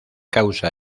causa